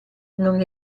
non